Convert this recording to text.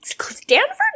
Stanford